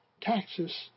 taxes